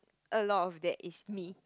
a lot of there is me